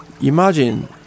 Imagine